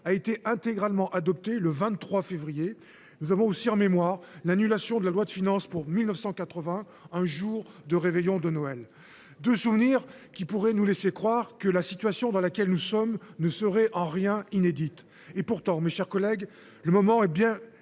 a été intégralement adoptée le 23 février de cette année là, ainsi que l’annulation de la loi de finances pour 1980 un jour de réveillon de Noël. Ces deux souvenirs pourraient nous laisser penser que la situation dans laquelle nous sommes ne serait en rien nouvelle. Pourtant, mes chers collègues, le moment est bel